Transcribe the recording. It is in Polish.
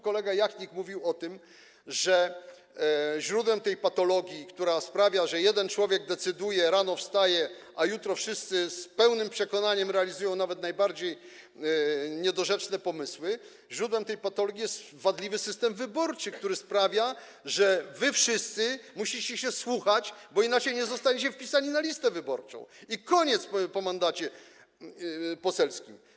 Kolega Jachnik mówił o tym, że źródłem tej patologii, która sprawia, że jeden człowiek rano wstaje i o czymś decyduje, a następnego dnia wszyscy z pełnym przekonaniem realizują nawet najbardziej niedorzeczne pomysły, jest wadliwy system wyborczy, który sprawia, że wy wszyscy musicie się słuchać, bo inaczej nie zostaniecie wpisani na listę wyborczą i koniec - po mandacie poselskim.